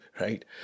right